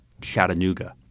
Chattanooga